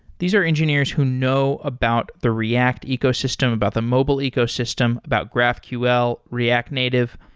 these are engineers who know about the react ecosystem, about the mobile ecosystem, about graphql, react native.